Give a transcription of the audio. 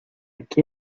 qué